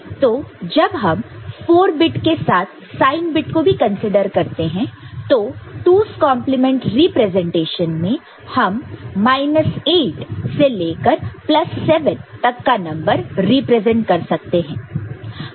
तो जब हम 4 बिट के साथ साइन बिट को भी कंसीडर करते हैं तो 2's कॉन्प्लीमेंट रिप्रेजेंटेशन में हम माइनस 8 से लेकर प्लस 7 तक का नंबर रिप्रेजेंट कर सकते हैं